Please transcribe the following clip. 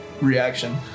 reaction